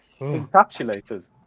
encapsulators